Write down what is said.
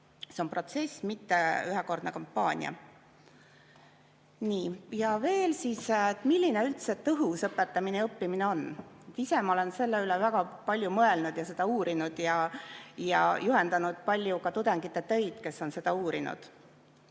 See on protsess, mitte ühekordne kampaania. Ja veel, milline on üldse tõhus õpetamine ja õppimine? Ise ma olen selle üle väga palju mõelnud, seda uurinud ja juhendanud palju tudengite töid, kes on seda uurinud.